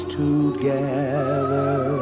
together